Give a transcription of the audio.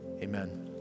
Amen